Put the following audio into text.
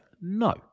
no